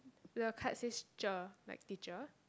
the card says cher like teacher